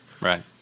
Right